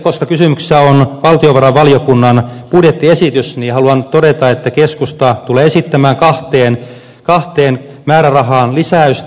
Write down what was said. koska kysymyksessä on valtionvarainvaliokunnan budjettiesitys niin haluan todeta että keskusta tulee esittämään kahteen määrärahaan lisäystä